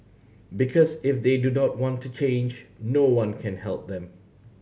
because if they do not want to change no one can help them